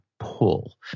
pull